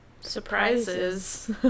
surprises